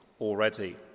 already